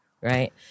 Right